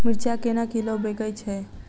मिर्चा केना किलो बिकइ छैय?